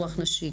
רוח נשית.